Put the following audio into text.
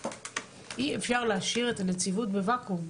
אי אפשר להשאיר את הנציבות בוואקום.